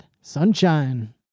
Sunshine